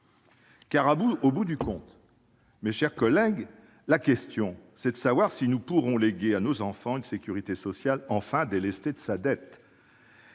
Au bout du compte, mes chers collègues, la question est de savoir si nous pourrons léguer à nos enfants une sécurité sociale enfin délestée de sa dette.